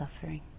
suffering